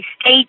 state